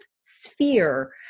sphere